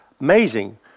Amazing